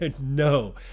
no